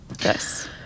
Yes